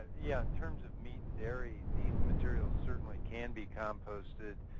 yeah, in terms of meat and dairy, these materials certainly can be composted.